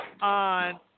on